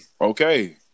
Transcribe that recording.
Okay